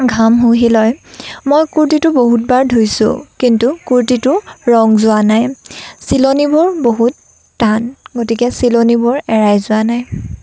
ঘাম শুহি লয় মই কুৰ্টিটো বহুতবাৰ ধুইছোঁ কিন্তু কুৰ্টিটোৰ ৰঙ যোৱা নাই চিলনীবোৰ বহুত টান গতিকে চিলনিবোৰ এৰাই যোৱা নাই